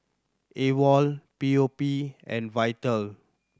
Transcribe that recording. AWOL P O P and Vital